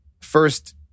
First